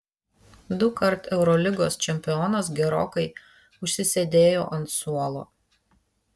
dukart eurolygos čempionas gerokai užsisėdėjo ant suolo